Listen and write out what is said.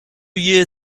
year